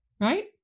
Right